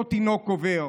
אותו תינוק, עובר.